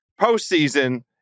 postseason